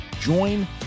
join